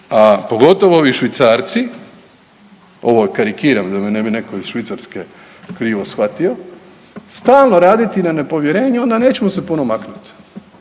pogotovo ovi Švicarci, ovo karikiram da me ne bi netko iz Švicarske krivo shvatio stalno raditi na nepovjerenju onda nećemo se puno maknuti.